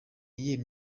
iyihe